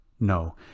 No